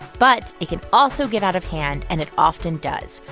but it can also get out of hand, and it often does.